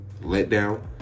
letdown